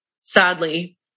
sadly